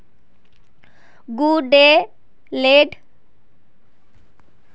वुडलैंडेर जूतार दाम पच्चीस सौ स शुरू ह छेक